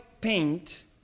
paint